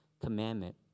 commandment